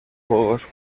juegos